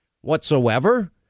whatsoever